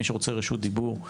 מי שרוצה רשות דיבור,